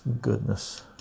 goodness